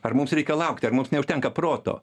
ar mums reikia laukti ar mums neužtenka proto